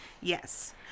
yes